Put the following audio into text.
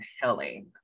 healing